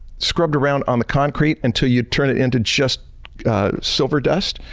scrubbed around on the concrete until you turn it into just silver dust.